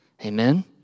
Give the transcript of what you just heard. Amen